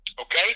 okay